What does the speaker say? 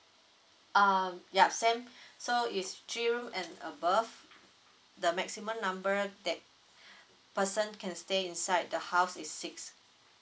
um ya same so if three room and above the maximum number that person can stay inside the house is six